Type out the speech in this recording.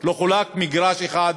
לא חולק מגרש אחד.